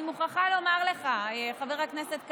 אני מוכרחה לומר לך, חבר הכנסת קרעי,